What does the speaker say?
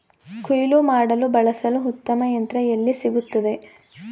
ಕುಯ್ಲು ಮಾಡಲು ಬಳಸಲು ಉತ್ತಮ ಯಂತ್ರ ಎಲ್ಲಿ ಸಿಗುತ್ತದೆ?